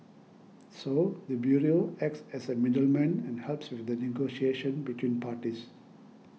so the bureau acts as a middleman and helps with the negotiation between parties